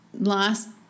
last